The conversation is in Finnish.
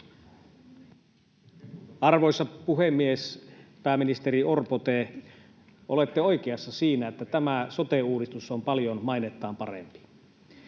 Arvoisa puhemies! Pääministeri Orpo, te olette oikeassa siinä, että tämä sote-uudistus on paljon mainettaan parempi.